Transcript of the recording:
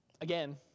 Again